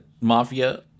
mafia